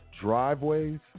driveways